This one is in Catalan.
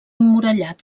emmurallat